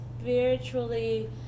spiritually